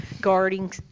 guarding